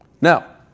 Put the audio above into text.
Now